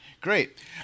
Great